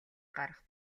гарах